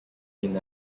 been